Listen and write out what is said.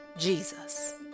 Jesus